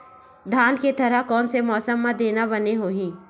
धान के थरहा कोन से मौसम म देना बने होही?